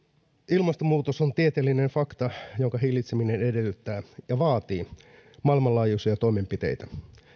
ilmastonmuutos on tieteellinen fakta ja sen hillitseminen edellyttää ja vaatii maailmanlaajuisia toimenpiteitä